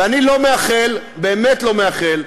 ואני לא מאחל, באמת לא מאחל,